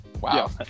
Wow